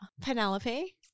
Penelope